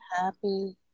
happy